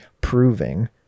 proving